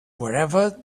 whatever